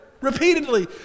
repeatedly